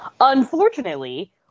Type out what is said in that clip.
Unfortunately